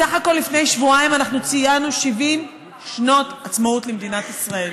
בסך הכול לפני שבועיים ציינו 70 שנות עצמאות למדינת ישראל.